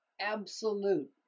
absolute